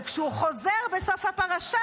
וכשהוא חוזר בסוף הפרשה,